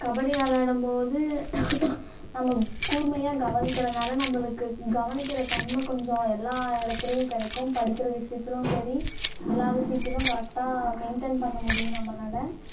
கபடி விளயாடும் போது நம்ம கூர்மையாக கவனிக்கிறதுனால நம்மளுக்கு கவனிக்கிற தன்மை கொஞ்சம் எல்லா இடத்துலையும் கிடைக்கும் படிக்கிற விஷயத்திலும் சரி எல்லா விஷயத்திலும் கரெக்டாக மையின்டைன் பண்ண முடியும் நம்மளால